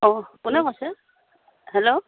অঁ কোনে কৈছে হেল্ল'